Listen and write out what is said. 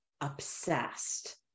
obsessed